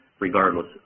regardless